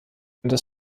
das